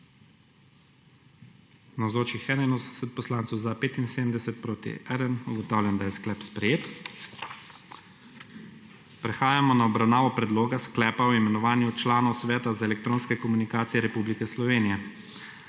75, proti 1. (Za je glasovalo 75.)(Proti 1.) Ugotavljam, da je sklep sprejet. Prehajamo na obravnavo Predloga sklepa o imenovanju članov Sveta za elektronske komunikacije Republike Slovenije.